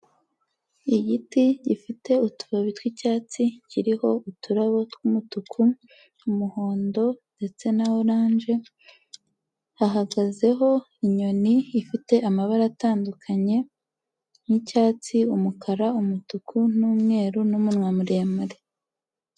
Igiti gifite utubabi tw'icyatsi kiriho uturabo tw'umutuku, umuhondo ndetse na oranje, hahagazeho inyoni ifite amabara atandukanye nk'icyatsi, umukara, umutuku n'umweru n'umunwa muremare.